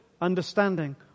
understanding